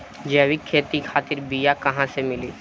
जैविक खेती खातिर बीया कहाँसे मिली?